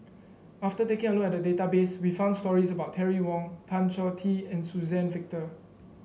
after taking a look at the database we found stories about Terry Wong Tan Choh Tee and Suzann Victor